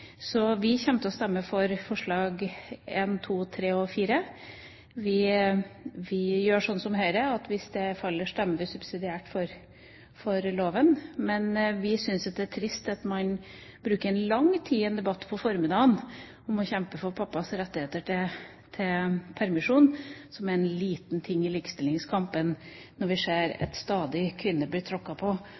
Så vi kommer til å stemme for forslagene nr. 1, 2, 3 og 4. Vi gjør som Høyre – hvis de faller, stemmer vi subsidiært for komiteens innstilling. Vi syns at det er trist at man bruker lang tid i en debatt på formiddagen på å kjempe for pappas rettigheter til permisjon, som er en liten ting i likestillingskampen, når vi ser at kvinner stadig blir tråkket på,